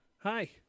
hi